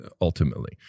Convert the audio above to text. ultimately